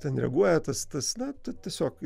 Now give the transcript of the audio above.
ten reaguoja tas tas na ta tiesiog